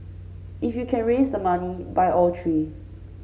if you can raise the money buy all three